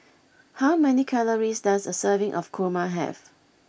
how many calories does a serving of Kurma have